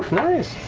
nice.